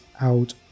out